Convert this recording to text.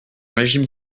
régime